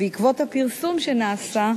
בעקבות הפרסום שנעשה,